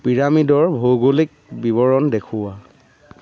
পিৰামিডৰ ভৌগলিক বিৱৰণ দেখুওৱা